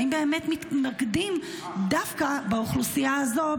והאם באמת מתמקדים דווקא באוכלוסייה הזאת?